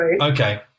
Okay